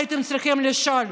הייתם צריכים לשאול.